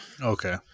Okay